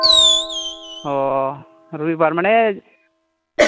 ᱚ ᱨᱚᱵᱤᱵᱟᱨ ᱢᱟᱱᱮ